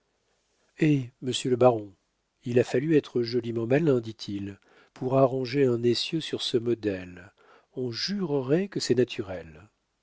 eh monsieur le baron il a fallu être joliment malin dit-il pour arranger un essieu sur ce modèle on jurerait que c'est naturel